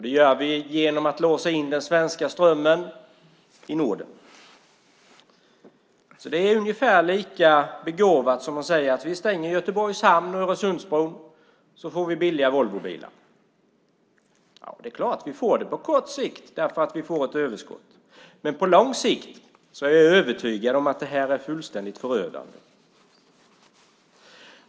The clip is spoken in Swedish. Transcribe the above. Det gör vi genom att låsa in den svenska strömmen i Norden. Det är ungefär lika begåvat som att säga: Vi stänger Göteborgs hamn och Öresundsbron så får vi billiga Volvobilar. Ja, på kort sikt får vi det eftersom vi får ett överskott. Men jag är övertygad om att det på lång sikt är fullständigt förödande.